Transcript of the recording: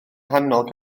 nghanol